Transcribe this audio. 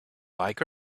like